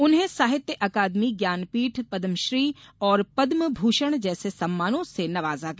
उन्हें साहित्य अकादमी ज्ञानपीठ पदमश्री और पदम भूषण जैसे सम्मानों से नवाजा गया